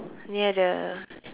near the